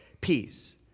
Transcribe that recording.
peace